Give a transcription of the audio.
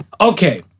Okay